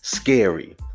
Scary